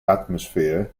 atmosphere